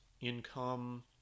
income